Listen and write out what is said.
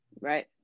Right